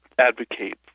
advocate